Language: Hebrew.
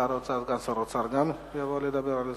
סגן שר האוצר גם יבוא לדבר על זה.